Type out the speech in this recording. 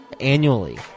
annually